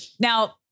Now